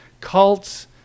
cults